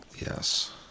Yes